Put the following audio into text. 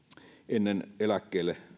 ennen eläkkeelle